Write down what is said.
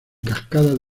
cascadas